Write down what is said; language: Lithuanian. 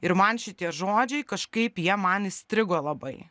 ir man šitie žodžiai kažkaip jie man įstrigo labai